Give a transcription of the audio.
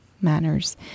manners